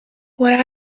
what